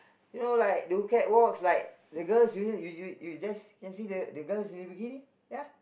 you know like do catwalks like the girls you you you just can see the the girls in the bikini ya